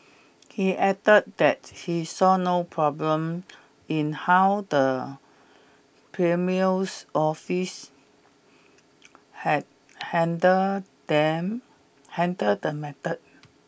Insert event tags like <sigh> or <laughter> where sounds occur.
he added that he saw no problem in how the <unintelligible> office had handled them handled the matter